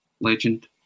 legend